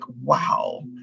wow